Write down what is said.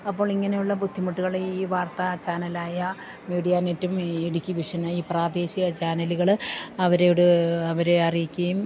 അപ്പോൾ ഇങ്ങനെയുള്ള ബുദ്ധിമുട്ടുകൾ ഈ വാർത്ത ചാനലായ മീഡിയ നെറ്റും ഇടുക്കി വിഷനയ ഈ പ്രാദേശിക ചാനലുകൾ അവരോട് അവരെ അറിയിക്കുകയും